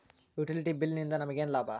Utility bill ನಿಂದ್ ನಮಗೇನ ಲಾಭಾ?